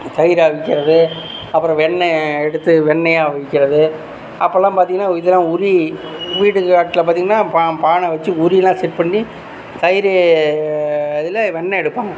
தயிராக விற்கறது அப்புறம் வெண்ணையை எடுத்து வெண்ணையாக விற்கறது அப்போல்லாம் பார்த்திங்கன்னா இதெல்லாம் உரி வீடு காட்டில் பார்த்திங்கன்னா பா பானை வச்சு உரிலாம் செட் பண்ணி தயிர் இதில் வெண்ணெய் எடுப்பாங்க